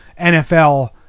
NFL